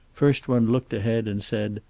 first one looked ahead and said,